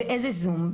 באיזה זום?